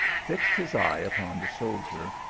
fixed his eye upon the soldier,